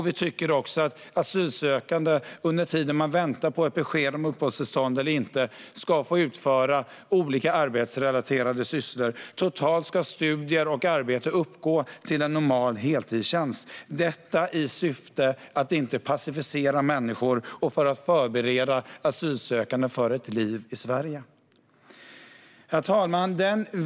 Vi tycker också att asylsökande under tiden de väntar på ett besked om uppehållstillstånd eller inte ska få utföra olika arbetsrelaterade sysslor. Totalt ska studier och arbete uppgå till en normal heltidstjänst - detta i syfte att inte passivisera människor och för att förbereda asylsökande för ett liv i Sverige. Herr talman!